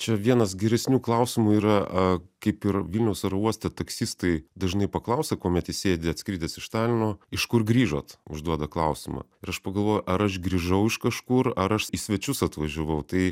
čia vienas geresnių klausimų yra a kaip ir vilniaus oro uoste taksistai dažnai paklausia kuomet įsėdi atskridęs iš talino iš kur grįžot užduoda klausimą ir aš pagalvoju ar aš grįžau iš kažkur ar aš į svečius atvažiavau tai